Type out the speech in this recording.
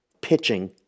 pitching